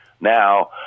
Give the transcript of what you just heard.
Now